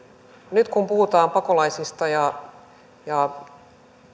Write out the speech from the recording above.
nyt kun puhutaan pakolaisista ja ja